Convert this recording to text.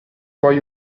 poi